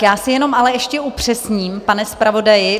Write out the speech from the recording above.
Já si jenom ale ještě upřesním, pane zpravodaji.